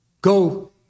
Go